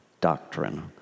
doctrine